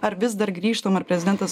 ar vis dar grįžtam ar prezidentas